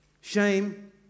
shame